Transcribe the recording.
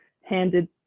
handed